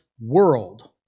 world